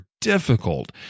difficult